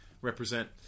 Represent